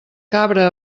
cabra